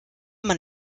man